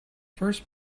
first